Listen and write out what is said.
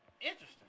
Interesting